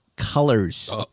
colors